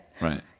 Right